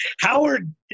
Howard